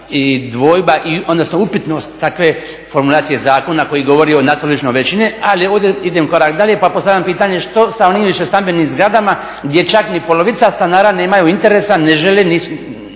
i dvojba, odnosno upitnost takve formulacije zakona koji govori o natpolovičnoj većini ali ovdje idem korak dalje pa postavljam pitanje što sa onim višestambenim zgradama gdje čak ni polovica stanara nemaju interesa, ne žele,